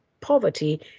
poverty